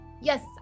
yes